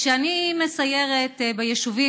כשאני מסיירת ביישובים,